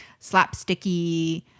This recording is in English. slapsticky